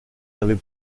n’avait